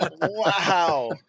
Wow